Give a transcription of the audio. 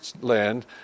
land